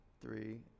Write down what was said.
three